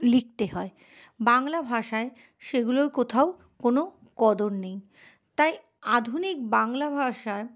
লিখতে হয় বাংলা ভাষায় সেগুলোর কোথাও কোনো কদর নেই তাই আধুনিক বাংলা ভাষার